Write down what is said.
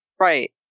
Right